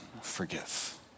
forgive